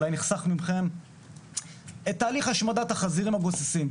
אולי זה נחסך מכם תהליך השמדת החזירים הגוססים.